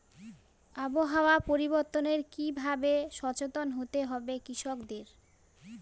আবহাওয়া পরিবর্তনের কি ভাবে সচেতন হতে হবে কৃষকদের?